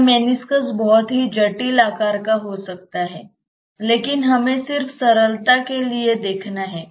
यह मेनिस्कस बहुत ही जटिल आकार का हो सकता है लेकिन हमें सिर्फ सरलता के लिए देखना है